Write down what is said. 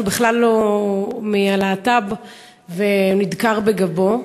שהוא בכלל לא מהלהט"ב ונדקר בגבו.